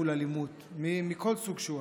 מול אלימות מכל סוג שהוא.